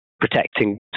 protecting